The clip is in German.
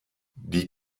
die